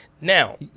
now